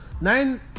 nine